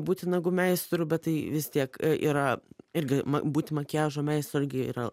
būti nagų meistru bet tai vis tiek yra irgi būti makiažo meistru irgi yra